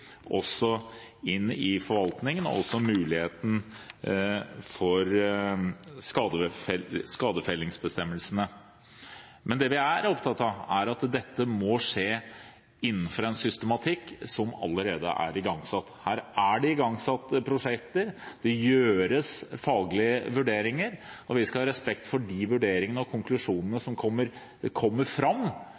i forvaltningen og muligens i skadefellingsbestemmelsene. Men det vi er opptatt av, er at dette må skje innenfor en systematikk som allerede er igangsatt. Her er det igangsatt prosjekter, og det gjøres faglige vurderinger. Vi skal ha respekt for de vurderingene og konklusjonene som kommer fram